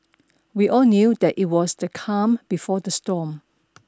we all knew that it was the calm before the storm